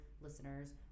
listeners